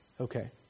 Okay